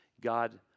God